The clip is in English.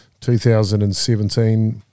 2017